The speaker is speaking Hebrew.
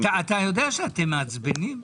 אתה יודע שאתם מעצבנים?